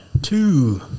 two